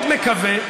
מאוד מקווה,